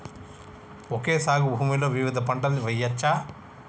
Okay సాగు భూమిలో వివిధ పంటలు వెయ్యచ్చా?